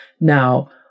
Now